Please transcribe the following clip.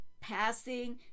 passing